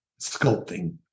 sculpting